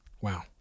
Wow